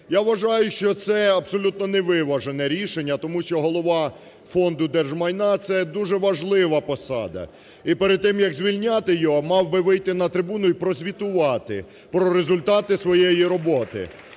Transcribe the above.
Я вважаю, що це абсолютно не виважене рішення тому що Голова Фонду держмайна – це дуже важлива посада. І перед тим як звільняти його мав би вийти на трибуну і прозвітувати про результати своєї роботи.